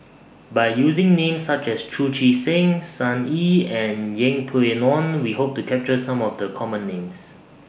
By using Names such as Chu Chee Seng Sun Yee and Yeng Pway Ngon We Hope to capture Some of The Common Names